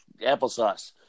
applesauce